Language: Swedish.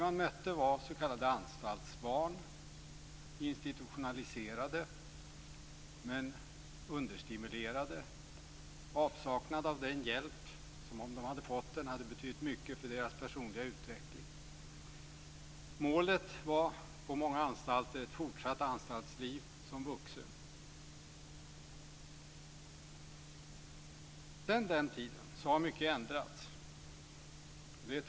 Man mötte s.k. anstaltsbarn, institutionaliserade och understimulerade i avsaknad av den hjälp som om de hade fått den hade betytt mycket för deras personliga utveckling. Målet på många anstalter var ett fortsatt anstaltsliv som vuxen. Mycket har ändrats sedan den tiden.